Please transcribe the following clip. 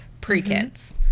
pre-kids